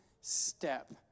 step